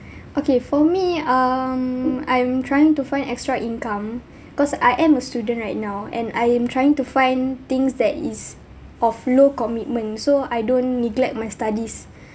okay for me um I'm trying to find extra income cause I am a student right now and I am trying to find things that is of low commitment so I don't neglect my studies